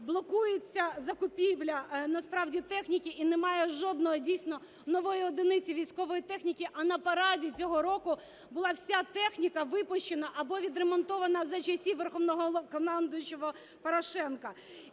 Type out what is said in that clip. блокується закупівля насправді техніки і немає жодної, дійсно, нової одиниці військової техніки. А на параді цього року була вся техніка, випущена або відремонтована за часів Верховного Головнокомандувача Порошенка.